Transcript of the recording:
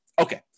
Okay